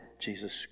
Jesus